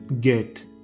get